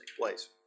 place